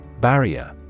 Barrier